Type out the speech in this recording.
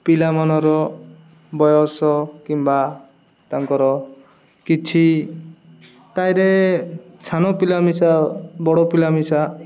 ପିଲାମାନର ବୟସ କିମ୍ବା ତାଙ୍କର କିଛି ତାଇରେ ସାନ ପିଲା ମିଶା ବଡ଼ ପିଲା ମିଶା